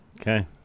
Okay